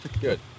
Good